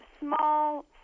small